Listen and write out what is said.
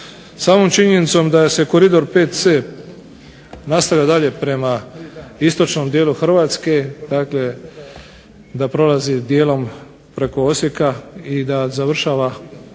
Samom činjenicom da se koridor VC nastavlja dalje prema istočnom dijelu Hrvatsku da prolazi dijelom preko Osijeka i da završava